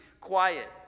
quiet